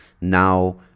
now